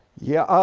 yeah,